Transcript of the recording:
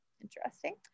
Interesting